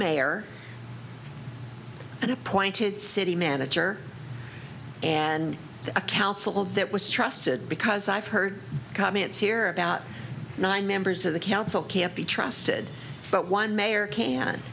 appointed city manager and a council that was trusted because i've heard comments here about nine members of the council can't be trusted but one mayor can